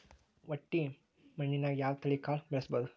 ಮಟ್ಟಿ ಮಣ್ಣಾಗ್, ಯಾವ ತಳಿ ಕಾಳ ಬೆಳ್ಸಬೋದು?